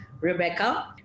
Rebecca